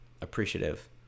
appreciative